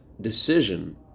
decision